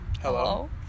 Hello